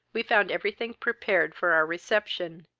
we found every thing prepared for our reception,